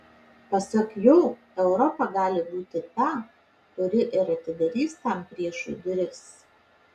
pasak jo europa gali būti ta kuri ir atidarys tam priešui duris